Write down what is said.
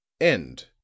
End